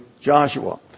Joshua